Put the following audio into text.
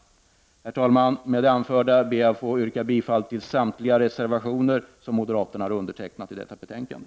Herr talman! Med det anförda ber jag att få yrka bifall till samtliga av moderaterna undertecknade reservationer vid detta betänkande.